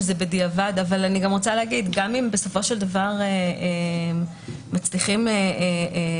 אני רוצה להגיד שגם אם בסופו של דבר מצליחים להזיז,